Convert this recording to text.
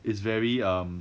is very um